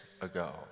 ago